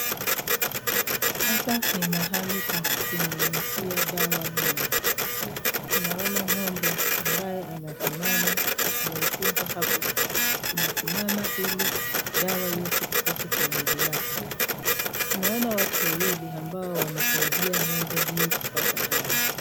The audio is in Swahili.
Hapa ni mahali pa kunyunyizia dawa ngo'mbe tunaona ngo'mbe ambaye wamesimama amefungwa hapo wanasima hili dawa yote ipate kwa mwili yake, tunaona watu wawili ambao wanasaidia ngo'mbe hii kupata dawa.